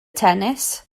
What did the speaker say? tennis